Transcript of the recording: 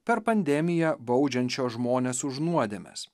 per pandemiją baudžiančio žmones už nuodėmes